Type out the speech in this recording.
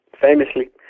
famously